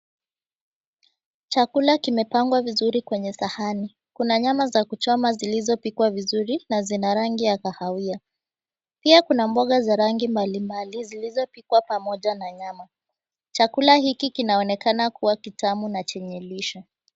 Chakula kimepangwa vizuri kwenye sahani. Kuna nyama za kuchomwa zilizopikwa vizuri na zina rangi ya kahawia. Pia kuna mboga za rangi mbalimbali zilizopikwa pamoja na nyama. Chakula kinaonekana kua kitamu na chenye lishe.